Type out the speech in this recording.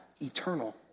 eternal